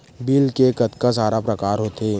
Bill के कतका सारा प्रकार होथे?